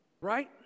Right